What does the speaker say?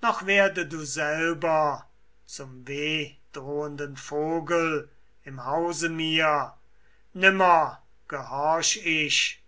noch werde du selber zum wehdrohenden vogel im hause mir nimmer gehorch ich